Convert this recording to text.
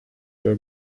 were